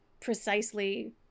precisely